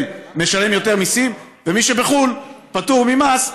משלם יותר מיסים ומי שבחו"ל פטור ממס,